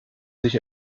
sich